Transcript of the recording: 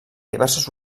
diverses